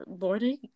Morning